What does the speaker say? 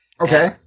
Okay